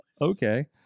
Okay